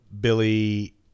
Billy